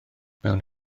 mewn